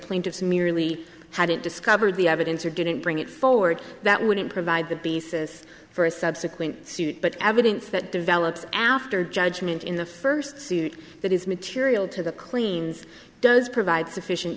plaintiffs merely hadn't discovered the evidence or didn't bring it forward that wouldn't provide the basis for a subsequent suit but evidence that developed after judgment in the first suit that is material to the cleans does provide sufficient